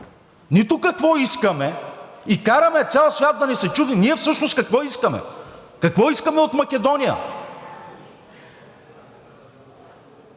нито какво искаме. Караме цял свят да ни се чуди ние всъщност какво искаме? Какво искаме от Македония?!